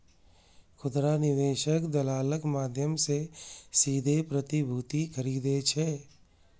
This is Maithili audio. खुदरा निवेशक दलालक माध्यम सं सीधे प्रतिभूति खरीदै छै